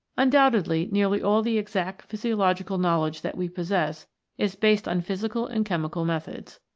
undoubtedly nearly all the exact physiological knowledge that we possess is based on physical and chemical methods.